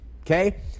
okay